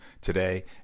today